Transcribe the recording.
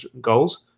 goals